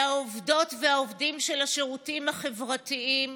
והעובדות והעובדים של השירותים החברתיים